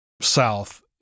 south